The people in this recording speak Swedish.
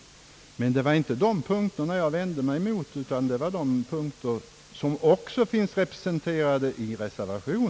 Det var emellertid inte dessa punkter jag vände mig mot utan det var sådana punkter som också finns representerade i form av reservation.